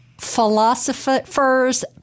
philosophers